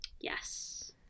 yes